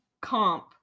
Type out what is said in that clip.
comp